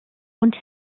und